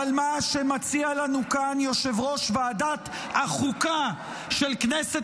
אבל מה שמציע לנו כאן יושב-ראש ועדת החוקה של כנסת